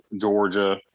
Georgia –